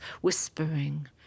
whispering